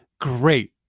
great